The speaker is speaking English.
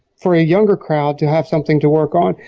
for a younger crowd to have something to work on.